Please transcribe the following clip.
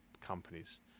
companies